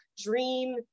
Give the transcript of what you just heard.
dream